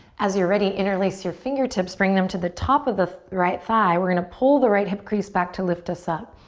as you're ready, interlace your fingertips, bring them to the top of the right thigh. we're gonna pull the right hip crease back to lift us up.